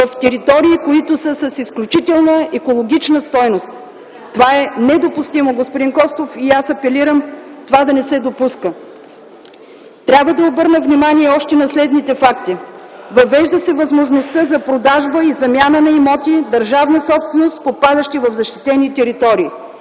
в територии, които са с изключителна екологична стойност. Това е недопустимо, господин Костов, и аз апелирам това да не се допуска. Трябва да обърна внимание и на следните факти. Въвежда се възможността за продажба и замяна на имоти държавна собственост, попадащи в защитени територии.